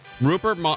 Rupert